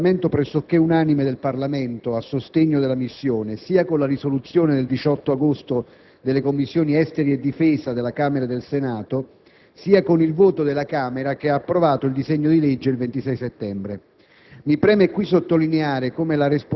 Il dibattito politico ha rilevato un orientamento pressoché unanime del Parlamento a sostegno della missione, sia con la risoluzione del 18 agosto delle Commissioni esteri e difesa della Camera e del Senato, sia con il voto della Camera che ha approvato il disegno di legge il 26 settembre.